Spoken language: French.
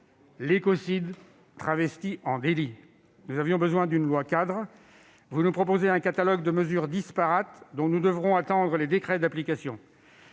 l'écocide, il est travesti en délit ... Nous avions besoin d'une loi-cadre ; vous nous proposez un catalogue de mesures disparates dont nous devrons attendre les décrets d'application.